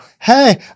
hey